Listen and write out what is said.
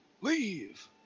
Leave